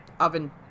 oven